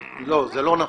לא, זה לא נכון.